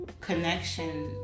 connection